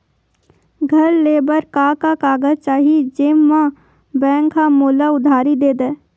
घर ले बर का का कागज चाही जेम मा बैंक हा मोला उधारी दे दय?